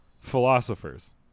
philosophers